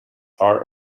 are